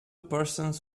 persons